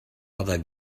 other